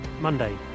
Monday